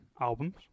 albums